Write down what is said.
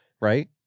right